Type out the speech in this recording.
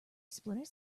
splinter